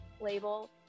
label